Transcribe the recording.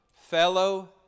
Fellow